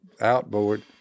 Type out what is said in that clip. outboard